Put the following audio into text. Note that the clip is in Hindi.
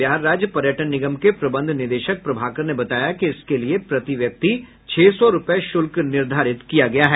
बिहार राज्य पर्यटन निगम के प्रबंध निदेशक प्रभाकर ने बताया कि इसके लिए प्रति व्यक्ति छह सौ रूपये शुल्क निर्धारित किया गया है